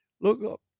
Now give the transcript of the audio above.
Look